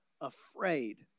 Afraid